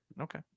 Okay